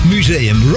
Museum